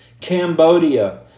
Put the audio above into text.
Cambodia